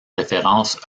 références